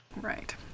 Right